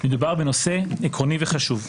מדובר בנושא עקרוני וחשוב.